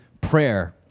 prayer